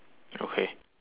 okay